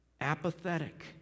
apathetic